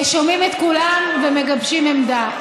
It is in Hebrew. שומעים את כולם ומגבשים עמדה.